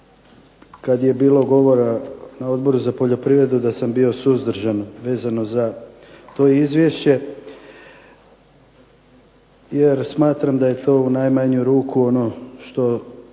kad je bilo govora na Odboru za poljoprivredu da sam bio suzdržan vezano za to izvješće jer smatram da je to u najmanju ruku ono što